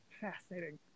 Fascinating